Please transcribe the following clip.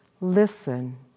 listen